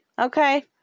Okay